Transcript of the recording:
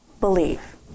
believe